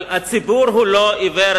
אבל הציבור הוא לא עיוור,